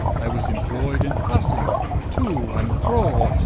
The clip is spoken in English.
i was imploy'd in passing to and fro,